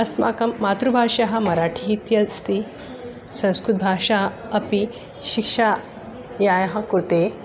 अस्माकं मातृभाषा मराठि इत्यस्ति संस्कृतभाषा अपि शिक्षा यायः कृते